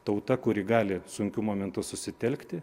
tauta kuri gali sunkiu momentu susitelkti